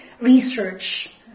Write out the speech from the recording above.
research